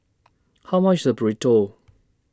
How much IS Burrito